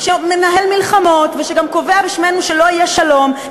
שמנהל מלחמות ושגם קובע בשמנו שלא יהיה שלום,